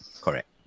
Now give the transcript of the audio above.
correct